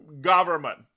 government